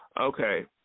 Okay